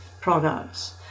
products